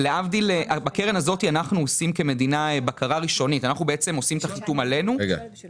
להבדיל מהון חוזר שאפשר לנתח מאוד טוב מה צריך המזומן של